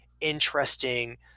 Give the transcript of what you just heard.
interesting